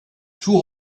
two